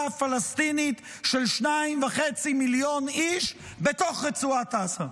פלסטינית של שני מיליון וחצי איש בתוך רצועת עזה.